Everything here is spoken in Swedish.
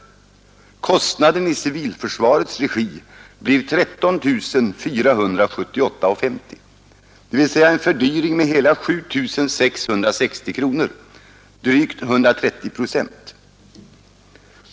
Kostnaden i civilförsvarets regi blir 13 478:50, dvs. en fördyring med hela 7 660 kronor, drygt 130 procent.